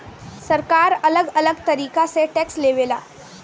सरकार अलग अलग तरीका से टैक्स लेवे ला